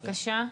בבקשה.